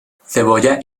cebolla